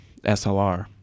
SLR